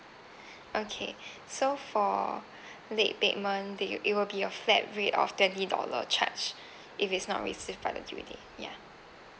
okay so for the late payment that you it will be a flat rate of thirty dollar charge if it's not receive by the due day ya